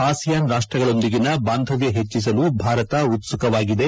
ASEAN ರಾಷ್ಷಗಳೊಂದಿಗಿನ ಬಾಂಧವ್ಯ ಹೆಚ್ಚಿಸಲು ಭಾರತ ಉತ್ಸುಕವಾಗಿದೆ